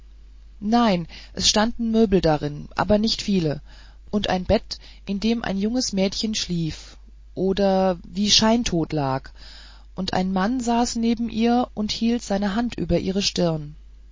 nein es standen möbel darin aber nicht viele und ein bett in dem ein junges mädchen schlief oder wie scheintot lag und ein mann saß neben ihr und hielt seine hand über ihre stirn